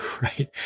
right